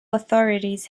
authorities